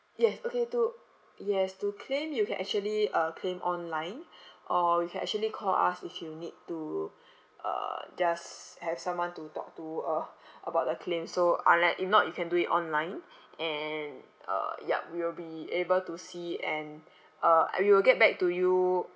yes okay to yes to claim you can actually uh claim online or you can actually call us if you need to uh just have someone to talk to uh about the claim so online if not you can do it online and uh yup we will be able to see it and uh we will get back to you